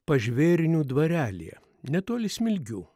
pažvėrinių dvarelyje netoli smilgių